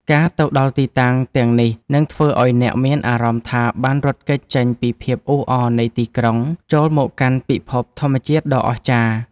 ការទៅដល់ទីតាំងទាំងនេះនឹងធ្វើឱ្យអ្នកមានអារម្មណ៍ថាបានរត់គេចចេញពីភាពអ៊ូអរនៃទីក្រុង ចូលមកកាន់ពិភពធម្មជាតិដ៏អស្ចារ្យ។